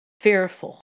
fearful